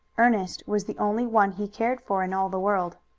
ernest was the only one he cared for in all the world.